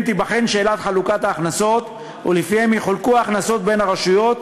תיבחן שאלת חלוקת ההכנסות ולפיהם יחולקו ההכנסות בין הרשויות,